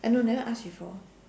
I know never ask before